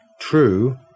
True